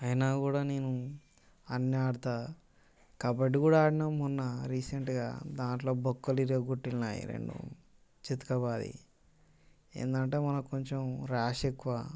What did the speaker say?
అయినా కూడా నేను అన్నీ ఆడుతా కబడ్డీ కూడా ఆడినాం మొన్న రీసెంట్గా దాంట్లో బొక్కలు ఇరగగొట్టి వాళ్ళు నావి రెండు చితకబాది ఏంటంటే మనకి కొంచెం ర్యాష్ ఎక్కువ